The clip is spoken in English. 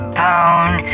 bone